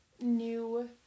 new